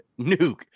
Nuke